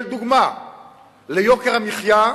דוגמה ליוקר המחיה,